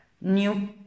new